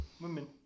Women